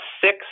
six